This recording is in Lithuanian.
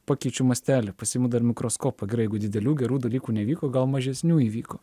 pakeičiu mastelį pasiimu dar mikroskopą gerai jeigu didelių gerų dalykų nevyko gal mažesnių įvyko